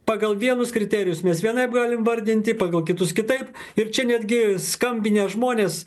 pagal vienus kriterijus mes vienaip galim vardinti pagal kitus kitaip ir čia netgi skambinę žmonės